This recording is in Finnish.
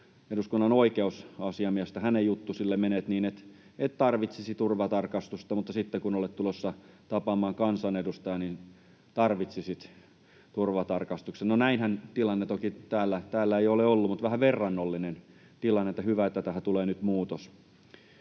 eduskunnan oikeusasiamiestä, menisit hänen juttusilleen, niin et tarvitsisi turvatarkastusta, mutta sitten jos olisit tulossa tapaamaan kansanedustajaa, niin tarvitsisit turvatarkastuksen. No, näinhän tilanne toki täällä ei ole, mutta se on vähän verrannollinen tilanne — hyvä, että tähän tulee nyt muutos.